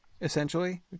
essentially